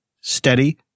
steady